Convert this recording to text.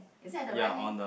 is it at the right hand